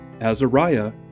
Azariah